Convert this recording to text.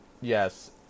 yes